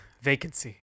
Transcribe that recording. Vacancy